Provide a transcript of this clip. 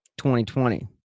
2020